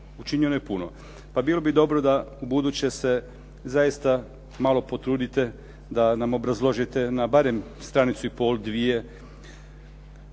učinio je puno. Pa bilo bi dobro da ubuduće se zaista malo potrudite da nam obrazložite na barem stranicu i pol dvije